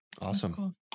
Awesome